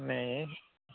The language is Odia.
ମେ